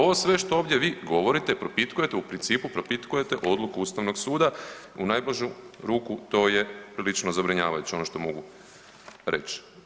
Ovo sve što vi ovdje govorite, propitkujete u principu propitkujete odluku Ustavnog suda u najblažu ruku to je prilično zabrinjavajuće ono što mogu reći.